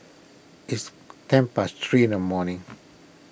its ten past three in the morning